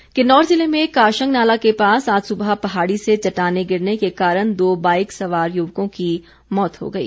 दुर्घटना किन्नौर ज़िले में काशंग नाला के पास आज सुबह पहाड़ी से चट्टानें गिरने के कारण दो बाइक सवार युवकों की मौत हो गई